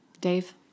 Dave